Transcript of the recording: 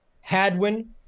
Hadwin